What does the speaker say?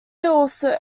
also